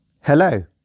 Hello